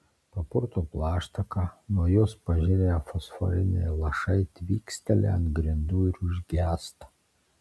papurto plaštaką nuo jos pažirę fosforiniai lašai tvyksteli ant grindų ir užgęsta